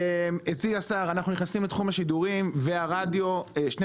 אנחנו נכנסים לתחום השידורים והרדיו שני